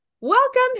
Welcome